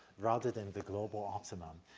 rather than the global optimum.